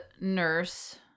nurse